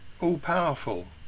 all-powerful